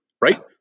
Right